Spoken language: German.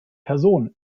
person